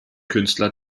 künstler